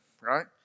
right